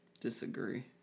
Disagree